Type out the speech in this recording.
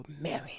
married